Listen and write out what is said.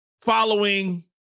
following